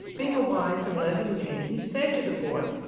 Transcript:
being a wise and loving man he said to the boy,